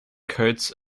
coats